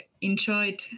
enjoyed